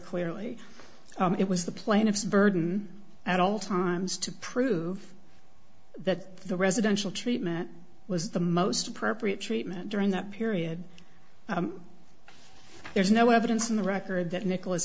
clearly it was the plaintiff's burden at all times to prove that the residential treatment was the most appropriate treatment during that period there's no evidence in the record that nicholas